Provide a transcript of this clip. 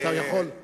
עכשיו אני רק רוצה